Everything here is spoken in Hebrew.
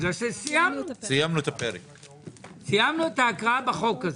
בגלל שסיימנו, סיימנו את ההקראה בחוק הזה.